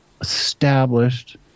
established